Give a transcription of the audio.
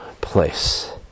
place